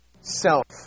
self